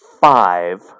five